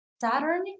Saturn